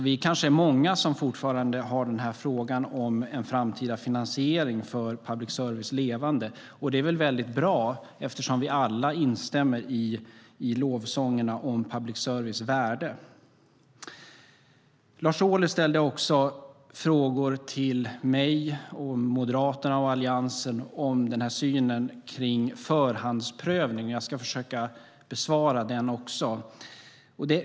Vi kanske är många som fortfarande har frågan om en framtida finansiering för public service levande. Och det är väl väldigt bra, eftersom vi alla instämmer i lovsångerna om public service värde. Lars Ohly ställde också frågor till mig, Moderaterna och Alliansen om synen på förhandsprövning. Jag ska försöka besvara den.